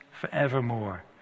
forevermore